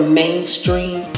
mainstream